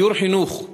סיור חינוך.